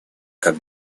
как